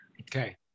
Okay